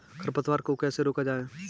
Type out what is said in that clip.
खरपतवार को कैसे रोका जाए?